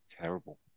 terrible